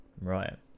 Right